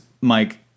Mike